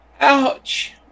Ouch